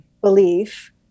belief